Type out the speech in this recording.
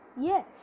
yes